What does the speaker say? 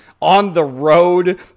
on-the-road